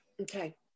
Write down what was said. Okay